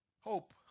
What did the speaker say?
hope